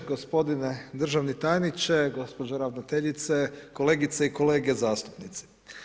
Gospodine državni tajniče, gospođo ravnateljice, kolegice i kolege zastupnici.